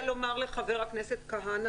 אני רק רוצה לומר לחבר הכנסת כהנא,